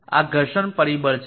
આ ઘર્ષણ પરિબળ છે